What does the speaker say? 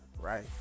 right